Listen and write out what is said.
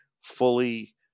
fully